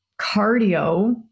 cardio